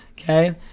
okay